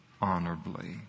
honorably